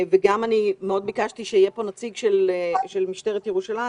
גם ביקשתי מאוד שיהיה פה נציג של משטרת ירושלים